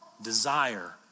desire